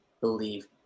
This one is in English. believe